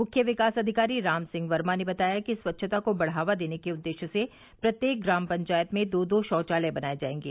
मुख्य विकास अधिकारी राम सिंह वर्मा ने बताया कि स्वच्छता को बढ़ावा देने के उद्देश्य से प्रत्येक ग्राम पंचायत में दो दो शौचालय बनाये जायेंगे